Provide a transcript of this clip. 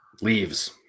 Leaves